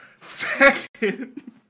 Second